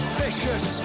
vicious